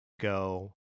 go